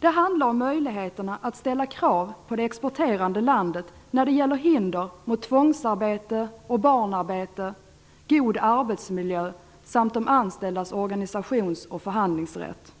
Det handlar om möjligheterna att ställa krav på det exporterande landet när det gäller hinder mot tvångsarbete och barnarbete liksom i fråga om god arbetsmiljö och de anställdas organisations och förhandlingsrätt.